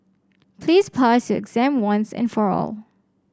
please pass your exam once and for all